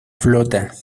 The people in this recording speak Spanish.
flota